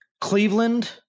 Cleveland